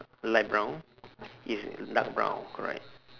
light brown is dark brown correct